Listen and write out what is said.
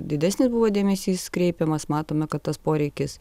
didesnis buvo dėmesys kreipiamas matome kad tas poreikis